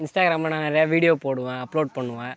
இன்ஸ்டாகிராமில் நான் ஏதாவது வீடியோ போடுவேன் அப்லோட் பண்ணுவேன்